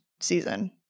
season